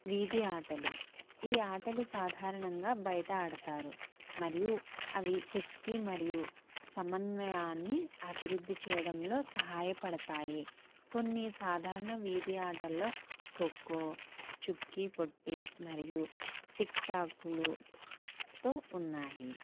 వీధి ఆటలు ఈ ఆటలు సాధారణంగా బయట ఆడతారు మరియు అవి శక్తి మరియు సమన్వయాన్ని అభివృద్ధి చేయడంలో సహాయపడతాయి కొన్ని సాధారణ వీధి ఆటల్లో ఖోఖో చుక్కి పొట్టి మరియు టిక్ టాక్లు టొ ఉన్నాయి